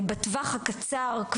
בטווח הקצר,